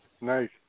nice